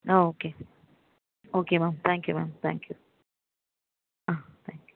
ah okay okay ma'am thank you ma'am thank you ah thank you